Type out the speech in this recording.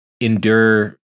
endure